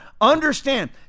Understand